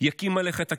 יקים עליך את הקיצוניים,